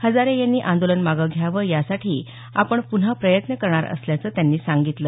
हजारे यांनी आंदोलन मागं घ्यावं यासाठी आपण पुन्हा प्रयत्न करणार असल्याचंही त्यांनी सांगितलं